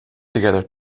together